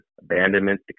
abandonment